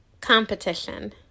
Competition